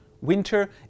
Winter